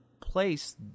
place